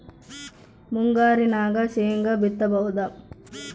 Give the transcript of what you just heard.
ಮುಂಗಾರಿನಾಗ ಶೇಂಗಾ ಬಿತ್ತಬಹುದಾ?